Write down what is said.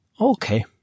okay